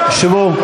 שבו.